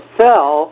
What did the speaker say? fell